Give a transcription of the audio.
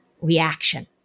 reaction